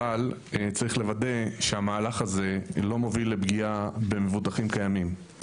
אבל צריך לוודא שהמהלך הזה לא מוביל לפגיעה במבוטחים קיימים.